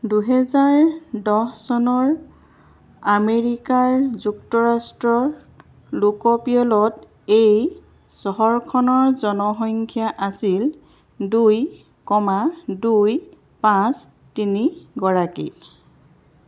দুহেজাৰ দহ চনৰ আমেৰিকা যুক্তৰাষ্ট্ৰৰ লোকপিয়লত এই চহৰখনৰ জনসংখ্যা আছিল দুই কমা দুই পাঁচ তিনিগৰাকী